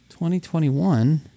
2021